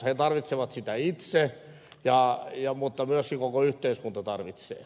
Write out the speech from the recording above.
he tarvitsevat sitä itse mutta myöskin koko yhteiskunta tarvitsee